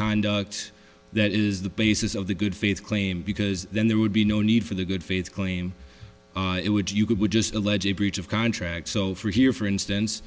conduct that is the basis of the good faith claim because then there would be no need for the good faith claim it would you could be just a legit breach of contract so for here for instance